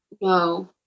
No